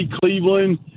Cleveland –